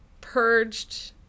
purged